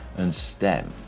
and stem.